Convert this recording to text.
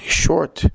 short